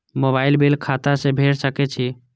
Mobile bill खाता से भेड़ सके छि?